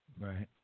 Right